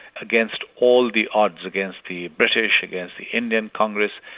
against all the odds, against the british, against the indian congress,